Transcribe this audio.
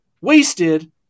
wasted